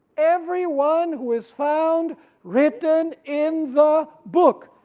every one who is found written in the book.